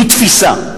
היא תפיסה.